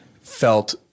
felt